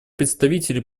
представителей